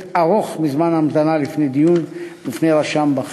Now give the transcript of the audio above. ארוך מזמן ההמתנה לדיון בפני רשם בכיר.